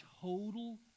total